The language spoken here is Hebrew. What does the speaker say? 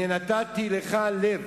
הנה נתתי לך לב,